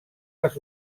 les